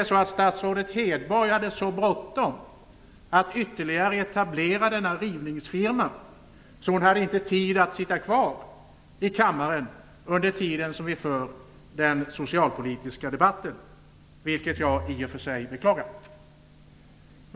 Statsrådet Hedborg hade kanske så bråttom att ytterligare etablera denna rivningsfirma att hon inte hade tid att sitta kvar i kammaren under den socialpolitiska debatten. Det beklagar jag i och för sig.